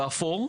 באפור,